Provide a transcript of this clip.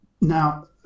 now